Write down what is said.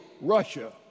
Russia